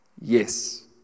yes